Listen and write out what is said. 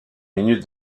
minute